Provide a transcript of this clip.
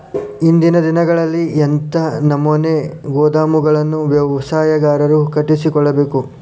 ಇಂದಿನ ದಿನಗಳಲ್ಲಿ ಎಂಥ ನಮೂನೆ ಗೋದಾಮುಗಳನ್ನು ವ್ಯವಸಾಯಗಾರರು ಕಟ್ಟಿಸಿಕೊಳ್ಳಬೇಕು?